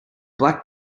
black